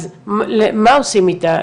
אז מה עושים איתה?